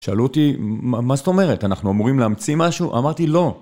שאלו אותי, מה זאת אומרת? אנחנו אמורים להמציא משהו? אמרתי לא.